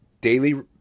daily